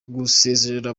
gusezerera